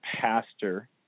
pastor